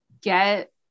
get